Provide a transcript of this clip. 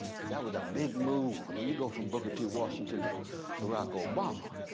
because that was a big move. i mean, you go from booker t. washington to barack obama,